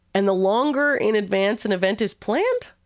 and the longer in advance, an event is planned,